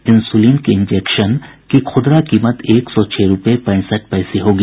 insulin के injection की खुदरा कीमत एक सौ छह रूपये पैंसठ पैसे होगी